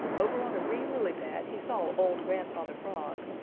over on a green lily pad he saw old grandfather frog.